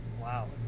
Wow